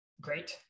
Great